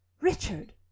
Richard